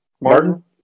Martin